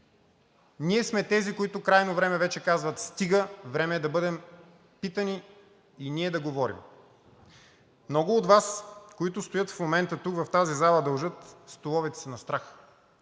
Ние сме тези, които крайно време вече казват: „Стига! Време е да бъдем питани и ние да говорим!“ Много от Вас, които стоят в момента тук, в тази зала, дължат столовете си на страх.